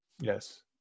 Yes